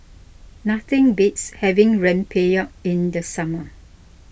nothing beats having Rempeyek in the summer